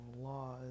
laws